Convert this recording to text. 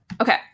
Okay